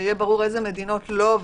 איזה מדינות מתועדפות.